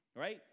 right